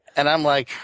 and i'm like,